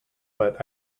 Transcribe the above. but